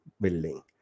building